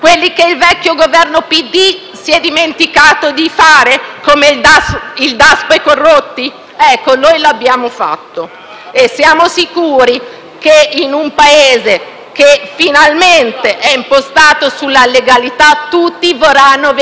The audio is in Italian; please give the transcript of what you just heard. il DASPO ai corrotti? Ecco, noi l'abbiamo fatto. Siamo sicuri che in un Paese che finalmente è impostato sulla legalità tutti vorranno venire ad investire.